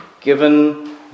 Given